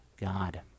God